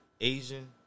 Asian